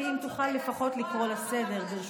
אדוני, אם תוכל לפחות לקרוא אותה לסדר, ברשותך.